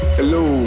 Hello